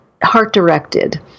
heart-directed